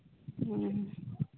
ᱦᱮᱸ